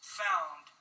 found